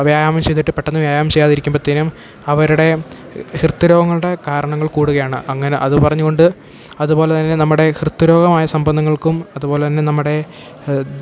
വ്യായാമം ചെയ്തിട്ട് പെട്ടെന്ന് വ്യായാമം ചെയ്യാതിരിക്കുമ്പോഴത്തേനും അവരുടെ ഹൃദ്രോഗങ്ങളുടെ കാരണങ്ങൾ കൂടുകയാണ് അങ്ങനെ അത് പറഞ്ഞു കൊണ്ട് അതു പോലെ തന്നെ നമ്മുടെ ഹൃദ്രോഗമായ സംബന്ധങ്ങൾക്കും അതു പോലെ തന്നെ നമ്മുടെ